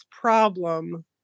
problem